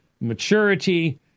maturity